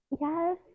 yes